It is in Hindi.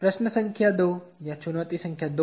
प्रश्न संख्या दो या चुनौती संख्या दो